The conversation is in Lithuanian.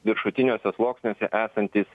viršutiniuose sluoksniuose esantys